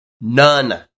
None